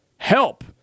Help